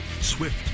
Swift